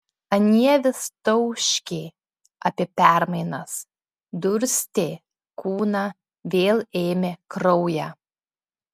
anie vis tauškė apie permainas durstė kūną vėl ėmė kraują